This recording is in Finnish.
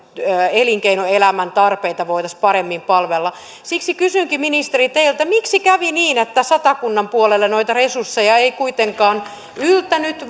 elinkeinoelämän tarpeita voitaisiin paremmin palvella siksi kysynkin ministeri teiltä miksi kävi niin että satakunnan puolelle noita resursseja ei kuitenkaan yltänyt